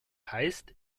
heißt